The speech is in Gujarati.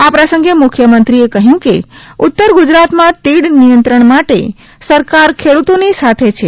આ પ્રસંગે મુખ્યમંત્રીએ કહ્યુ કે ઉત્તર ગુજરાતમાં તીડ નિયંત્રણ માટે સરકાર ખેડૂતોની સાથે છે